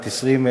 בת 20 מאשקלון,